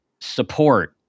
support